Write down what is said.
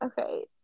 okay